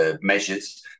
measures